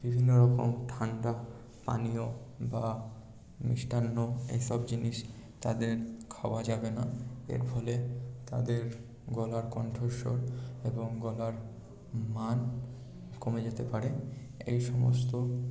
বিভিন্ন রকম ঠান্ডা পানীয় বা মিষ্টান্ন এইসব জিনিস তাদের খাওয়া যাবে না এর ফলে তাদের গলার কন্ঠস্বর এবং গলার মান কমে যেতে পারে এই সমস্ত